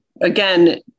again